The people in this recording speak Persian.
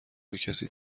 بکسی